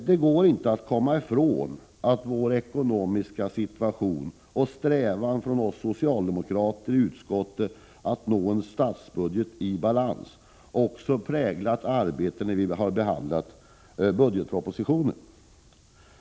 Det går inte att komma ifrån att den ekonomiska situationen, och strävan från oss socialdemokrater i utskottet att nå en statsbudget i balans, också präglat arbetet med budgetpropositionen.